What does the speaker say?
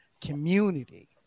community